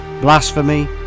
blasphemy